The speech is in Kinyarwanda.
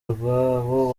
rwabo